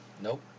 Nope